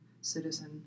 citizen